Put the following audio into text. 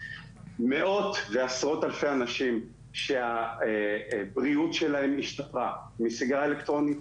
מאות ועשרות אלפי אנשים שהבריאות שלהם השתפרה מסיגריה אלקטרונית.